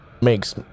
makes